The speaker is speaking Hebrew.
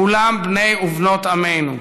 כולם בני ובנות עמנו.